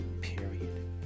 period